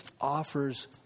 offers